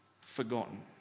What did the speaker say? forgotten